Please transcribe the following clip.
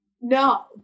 no